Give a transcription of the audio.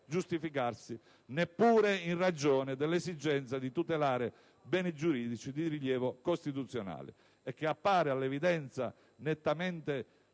giustificarsi neppure in ragione dell'esigenza di tutelare beni giuridici di rilievo costituzionale e che appaia nettamente